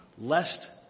Lest